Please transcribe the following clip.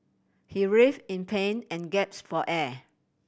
he writhe in pain and gasp for air